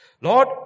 Lord